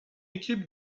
équipe